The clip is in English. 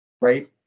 right